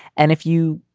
and if you